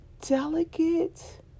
delicate